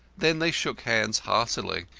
then they shook hands heartily.